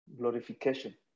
Glorification